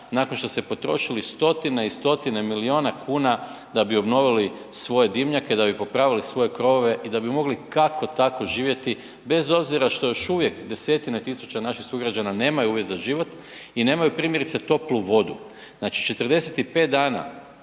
nakon što ste potrošili stotine i stotine milijuna kuna da bi obnovili svoje dimnjake, da bi popravili svoje krovove i da bi mogli kako tako živjeti bez obzira što još uvije desetine tisuća naših sugrađana nemaju uvjete za život i nemaju primjerice toplu vodu. Znači 45 dana